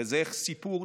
וזה סיפור,